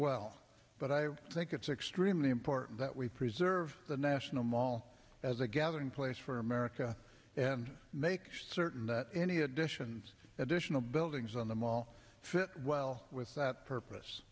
well but i think it's extremely important that we preserve the national mall as a gathering place for america and make certain that any additions additional buildings on the mall fit well with that purpose